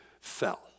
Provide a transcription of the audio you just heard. fell